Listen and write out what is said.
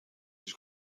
هیچ